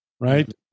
right